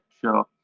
sure